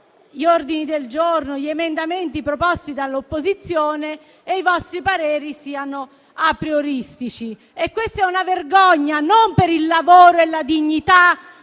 gli ordini del giorno e gli emendamenti proposti dall'opposizione e i vostri pareri siano aprioristici. Questa è una vergogna, e non per la dignità